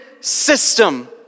system